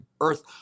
earth